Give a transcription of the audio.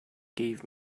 gave